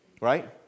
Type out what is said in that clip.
Right